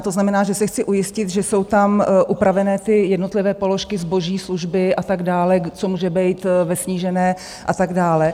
To znamená, že se chci ujistit, že jsou tam upravené ty jednotlivé položky, zboží, služby a tak dále, co může být ve snížené a tak dále.